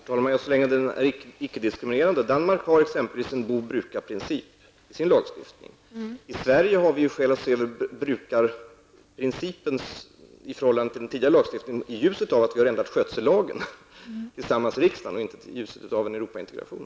Herr talman! Så länge den är icke diskriminerande kommer den inte beröras. I Danmark finns exempelvis en bo--bruka-princip i lagstiftningen. I Sverige har vi skäl att se brukarprincipen i den tidigare lagstiftningen i ljuset av att vi tillsammans i riksdagen har ändrat skötsellagen och inte i ljuset av en Europaintegration.